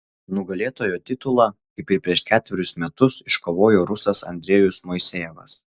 nugalėtojo titulą kaip ir prieš ketverius metus iškovojo rusas andrejus moisejevas